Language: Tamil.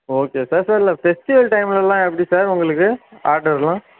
ஓகே சார் சார் சார் இந்த ஃபெஸ்டிவல் டைம்லலாம் எப்படி சார் உங்களுக்கு ஆர்டர்லாம்